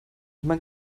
man